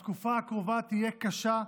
התקופה הקרובה תהיה קשה,